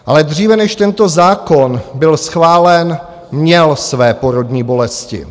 Ale dříve, než tento zákon byl schválen, měl své porodní bolesti.